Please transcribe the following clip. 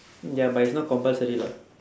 ya but it's not compulsory lah